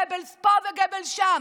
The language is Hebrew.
גבלס פה וגבלס שם,